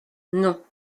non